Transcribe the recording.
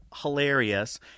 hilarious